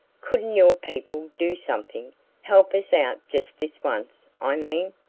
couldn't your people do something help us out just this once, i mean?